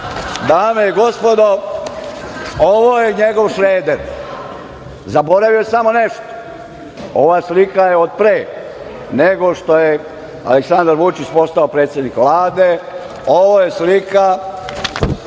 i gospodo, ovo je njegov Šreder, zaboravio je samo nešto. Ova slika je od pre nego što je Aleksandar Vučić postao predsednik Vlade. Ovo je slika